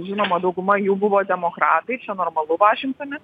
žinoma dauguma jų buvo demokratai čia normalu vašingtone